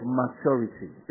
maturity